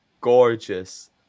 gorgeous